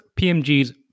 PMG's